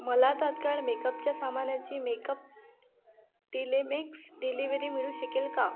मला तत्काळ मेकअपच्या सामानाची मेकअप डीलेमिक्स डिलिवरी मिळू शकेल का